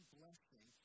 blessing